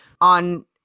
on